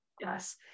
Yes